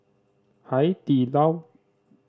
Hai Di Lao